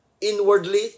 Inwardly